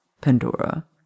Pandora